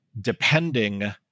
depending